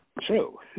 true